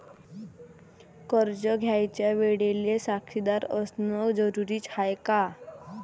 कर्ज घ्यायच्या वेळेले साक्षीदार असनं जरुरीच हाय का?